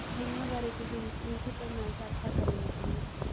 ਜਿਨ੍ਹਾਂ ਬਾਰੇ ਤੁਸੀਂ ਪ੍ਰਿੰਸੀਪਲ ਨਾਲ ਚਰਚਾ ਕਰਿਓ ਜ਼ਰੂਰ